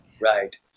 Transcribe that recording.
Right